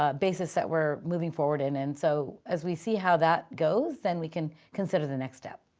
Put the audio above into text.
ah basis that we're moving forward in. and so as we see how that goes, then we can consider the next step.